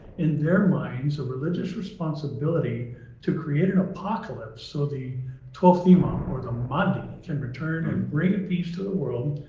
in their minds, a religious responsibility to create an apocalypse. so the twelfth imam um um or the mahdi can return and bring peace to the world.